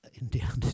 Indiana